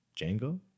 Django